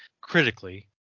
critically